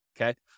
okay